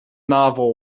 novel